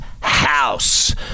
house